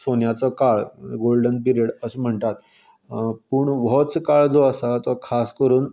सोन्याचो काळ golden period अशें म्हणटात पूण होच काळ जो आसा तो खास करून